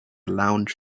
lounge